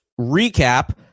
recap